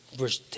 verse